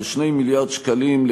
של 2 מיליארד שקלים,